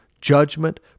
judgment